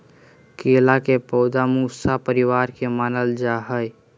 केला के पौधा मूसा परिवार के मानल जा हई